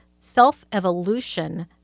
self-evolution